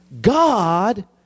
God